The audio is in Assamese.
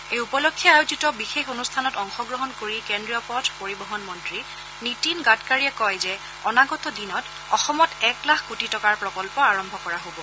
এই উপলক্ষে আয়োজিত বিশেষ অনুষ্ঠানত অংশগ্ৰহণ কৰি কেন্দ্ৰীয় পথ পৰিবহন মন্ত্ৰী নীতিন গাডকাৰীয়ে কয় যে অনাগত দিনত অসমত এক লাখ কোটি টকাৰ প্ৰকল্প আৰম্ভ কৰা হ'ব